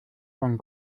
von